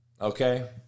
Okay